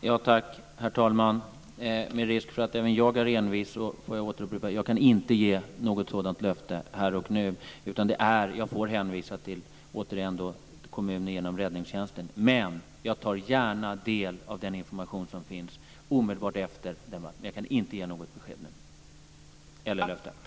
Herr talman! Med risk för att även jag är envis upprepar jag att jag inte kan ge något sådant löfte här och nu. Jag får återigen hänvisa till kommunen och räddningstjänsten. Men jag tar gärna del av den information som finns omedelbart efter debatten. Jag kan inte ge något besked eller löfte nu.